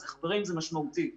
אז, חברים, זה משמעותי.